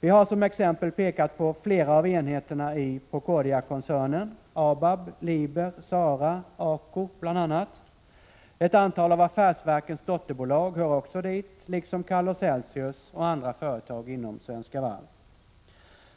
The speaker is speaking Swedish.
Vi har som exempel pekat på flera av enheterna i Procordiakoncernen, ABAB, Liber, SARA och ACO bl.a. Ett antal av affärsverkens dotterbolag hör också dit liksom Calor Celsius och andra företag inom Svenska Varv.